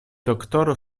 doktoro